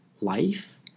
life